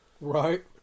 Right